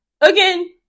again